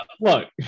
Look